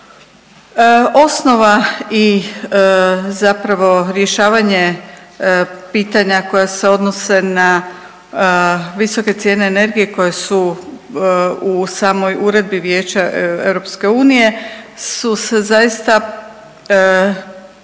Osnova i zapravo rješavanje pitanja koja se odnose na visoke cijene energije koje su u samoj Uredbi Vijeća EU su se zaista